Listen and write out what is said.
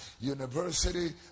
University